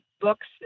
books